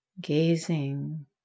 gazing